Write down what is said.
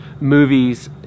movies